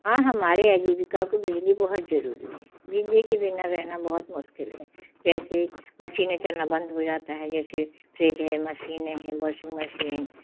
हाँ हमारे अजीवका को बिजली बहुत जरूरी हैं बिजली के बिना रहना बहुत मुश्किल है जैसे मशीनें चलाना बंद हो जाता है जैसे फ्रिज है मशीनें हैं वाशिंग मशीन